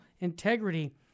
Integrity